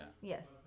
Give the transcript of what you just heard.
Yes